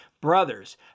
brothers